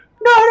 No